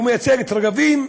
הוא מייצג את "רגבים",